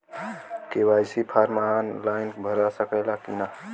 KYC form online भरा सकला की ना?